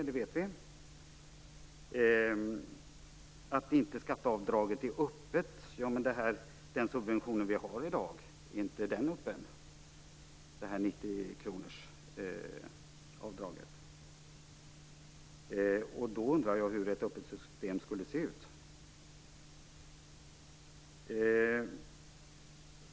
Skatteavdraget är inte öppet, säger statsrådet. Ja, men är inte den subvention vi har i dag, 90 kronorsavdraget, öppen? I så fall undrar jag hur ett öppet system skulle se ut.